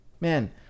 man